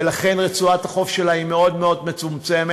ולכן רצועת החוף שלה היא מאוד מאוד מצומצמת.